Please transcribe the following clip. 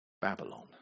Babylon